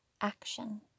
action